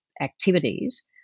activities